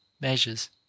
measures